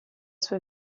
sua